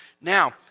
Now